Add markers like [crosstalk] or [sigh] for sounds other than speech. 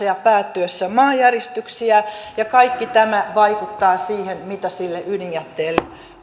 [unintelligible] ja päättyessä maanjäristyksiä ja kaikki tämä vaikuttaa siihen mitä sille ydinjätteelle